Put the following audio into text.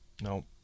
No